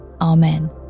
Amen